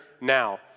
now